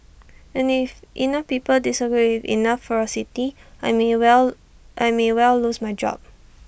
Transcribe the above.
and if enough people disagree with enough ferocity I may well I may well lose my job